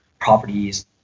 properties